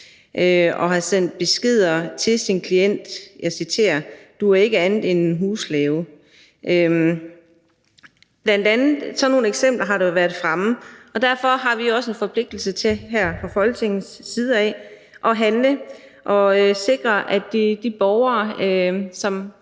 og havde sendt beskeder til sin klient – og jeg citerer: Du er ikke andet end en husslave. Sådan nogle eksempler har der jo været fremme, og derfor har vi også en forpligtelse til her fra Folketingets side at handle og sikre, at de borgere, som